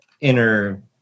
inner